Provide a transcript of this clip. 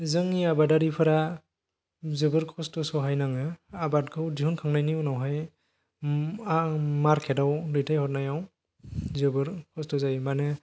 जोंनि आबादारिफ्रा जोबोर खस्थ' सहाय नाङो आबादखौ दिहुनखांनायनि उनावहाय आरो मार्केटाव दैथायहरनायाव जोबोर खस्थ' जायो मानो